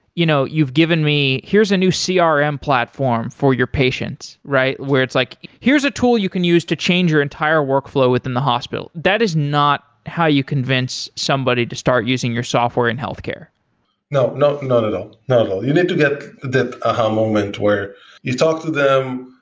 you know you've given me here's a new crm um platform for your patients, right? where it's like, here's a tool you can use to change your entire workflow within the hospital. that is not how you convince somebody to start using your software in healthcare no, not not at all. not at all. you need to get that aha moment where you talk to them,